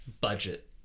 budget